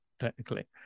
technically